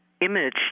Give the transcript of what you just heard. image